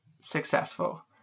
successful